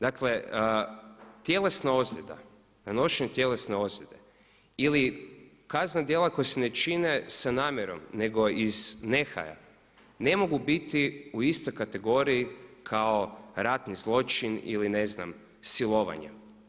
Dakle tjelesna ozljeda, nanošenje tjelesne ozljede ili kaznena djela koja se ne čine sa namjerom nego iz nehaja ne mogu biti u istoj kategoriji kao ratni zločin ili ne znam silovanje.